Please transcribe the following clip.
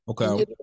Okay